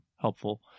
helpful